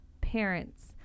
parents